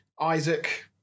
Isaac